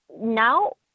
now